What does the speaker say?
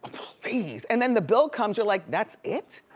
please. and then the bill comes. you're like, that's it?